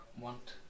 want